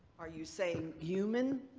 are you saying, human